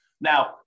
Now